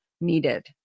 needed